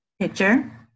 picture